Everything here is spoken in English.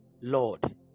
Lord